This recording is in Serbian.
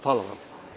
Hvala vam.